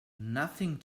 nothing